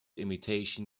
imitation